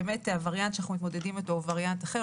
שהווריאנט שאנחנו מתמודדים אתו הוא וריאנט אחר.